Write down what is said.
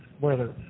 weather